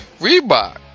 Reebok